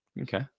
okay